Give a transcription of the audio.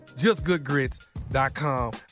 JustGoodGrits.com